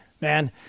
man